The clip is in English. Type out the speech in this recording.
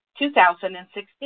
2016